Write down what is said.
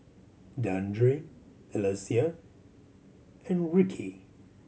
Dandre Alecia and Ricki